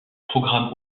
programme